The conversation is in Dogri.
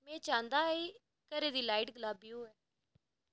में चाह्ङ जे घरै दी लाइट गुलाबी होऐ